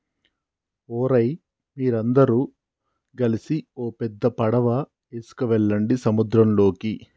ఓరై మీరందరు గలిసి ఓ పెద్ద పడవ ఎసుకువెళ్ళండి సంద్రంలోకి